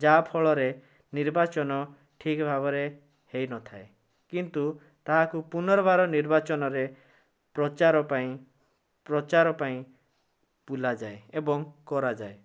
ଯାହାଫଳରେ ନିର୍ବାଚନ ଠିକ୍ ଭାବରେ ହେଇନଥାଏ କିନ୍ତୁ ତାହାକୁ ପୁନର୍ବାର ନିର୍ବାଚନରେ ପ୍ରଚାର ପାଇଁ ପ୍ରଚାର ପାଇଁ ବୁଲାଯାଏ ଏବଂ କରାଯାଏ